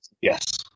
Yes